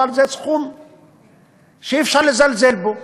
אבל זה סכום שאי-אפשר לזלזל בו.